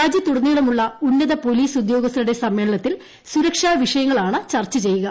രാജൃത്തുടനീളമുളള ഉന്നതപോലീസ് ഉദ്യോഗസ്ഥരുടെ സമ്മേളനത്തിൽ സുരക്ഷാ വിഷയങ്ങളാണ് ചർച്ച ചെയ്യുക